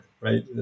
right